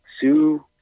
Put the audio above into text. Sue